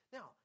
Now